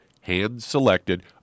hand-selected